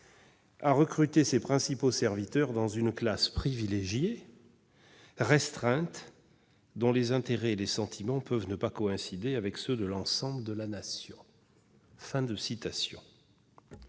à recruter ses principaux serviteurs dans une classe privilégiée restreinte dont les intérêts et les sentiments peuvent ne pas coïncider avec ceux de l'ensemble de la nation ».